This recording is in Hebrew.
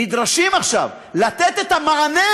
נדרשים עכשיו לתת את המענה